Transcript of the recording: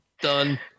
Done